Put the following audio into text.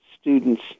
students